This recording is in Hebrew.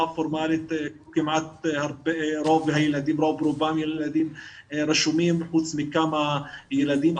הפורמלית כמעט רוב הילדים רשומים חוץ מכמה ילדים,